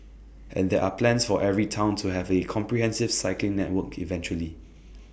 and there're plans for every Town to have A comprehensive cycling network eventually